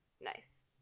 Nice